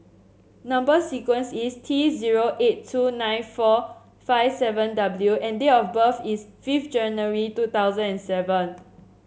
number sequence is T zero eight two nine four five seven W and date of birth is fifth January two thousand and seven